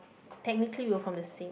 technically we are from the same